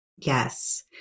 Yes